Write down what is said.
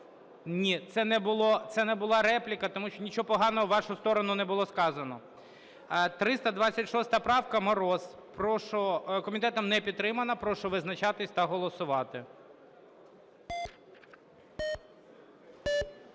Ні, це не була репліка, тому що нічого поганого у вашу сторону не було сказано. 326 правка Мороза. Комітетом не підтримана. Прошу визначатися та голосувати.